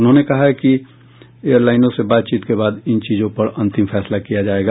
उन्होंने कहा कि एयर लाइनों से बातचीत के बाद इन चीजों पर अंतिम फैसला किया जाएगा